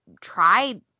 try